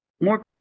more